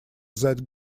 that